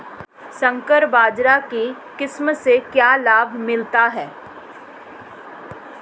संकर बाजरा की किस्म से क्या लाभ मिलता है?